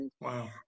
Wow